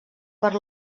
per